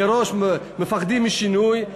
מראש מפחדים משינוי,